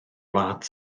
wlad